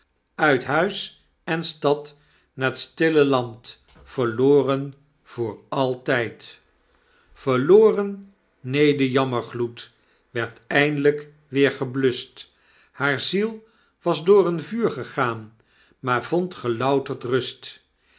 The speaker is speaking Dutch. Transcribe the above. uit huis en stad naar t stille land verloren voor altijd verloren neen de jammergloed werd eindlyk weer gebluscht haar ziel was door een vuur gegaan maar vond gelouterd rust